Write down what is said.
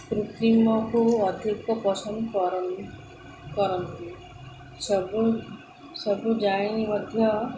କୃତ୍ରିମକୁ ଅଧିକ ପସନ୍ଦ କର କରନ୍ତି ସବୁ ସବୁ ଜାଣି ମଧ୍ୟ